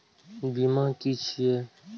बीमा की छी ये?